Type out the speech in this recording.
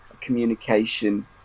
communication